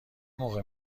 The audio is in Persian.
موقع